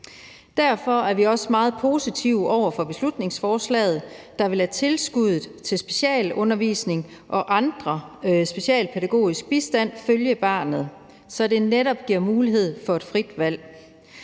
Derfor er vi også meget positive over for beslutningsforslaget, der vil lade tilskuddet til specialundervisning og anden specialpædagogisk bistand følge barnet, så det netop giver mulighed for et frit valg.